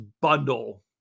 bundle